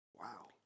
Wow